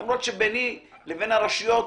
למרות שביני לבין הרשויות,